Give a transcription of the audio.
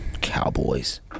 Cowboys